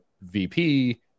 VP